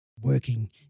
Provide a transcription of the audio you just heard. working